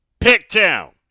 Picktown